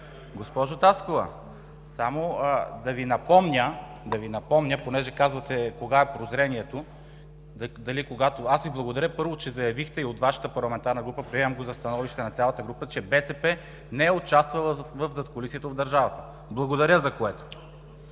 Госпожо Таскова, само да Ви напомня, понеже казвате кога е прозрението. Първо, аз Ви благодаря, че заявихте и от Вашата парламентарна група – приемам го за становище на цялата група, че БСП не е участвала в задкулисието в държавата. Благодаря за което!